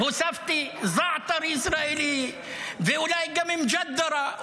הוספתי: זעתר ישראלי ואולי גם מג'דרה,